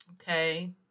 Okay